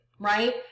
right